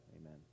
amen